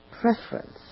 preference